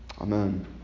Amen